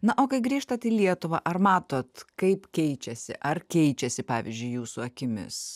na o kai grįžtat į lietuvą ar matot kaip keičiasi ar keičiasi pavyzdžiui jūsų akimis